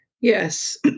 Yes